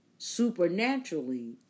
supernaturally